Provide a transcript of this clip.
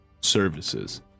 services